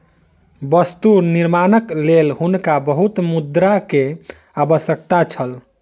वस्तु निर्माणक लेल हुनका बहुत मुद्रा के आवश्यकता छल